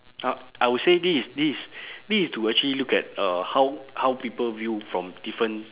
uh I will say this is this is this is to actually look at uh how how people view from different